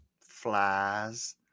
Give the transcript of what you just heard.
Flies